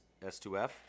S2F